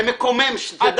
זה מקומם, שתדע לך.